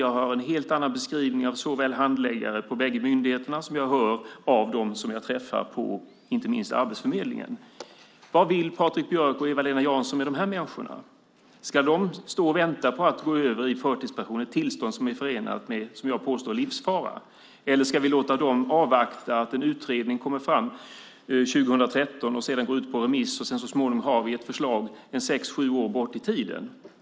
Jag hör en helt annan beskrivning av såväl handläggare på bägge myndigheterna som jag hör av dem som jag träffar på inte minst Arbetsförmedlingen. Vad vill Patrik Björck och Eva-Lena Jansson med de här människorna? Ska de stå och vänta på att gå över i förtidspension, ett tillstånd som är förenat med, som jag påstår, livsfara? Eller ska vi låta dem avvakta att en utredning kommer fram 2013 som sedan går ut på remiss och så småningom ger oss ett förslag sex sju år bort i tiden?